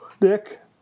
Dick